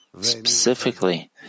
specifically